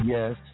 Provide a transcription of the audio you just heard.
Yes